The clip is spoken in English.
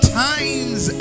times